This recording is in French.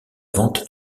vente